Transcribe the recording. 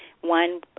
one